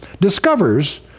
discovers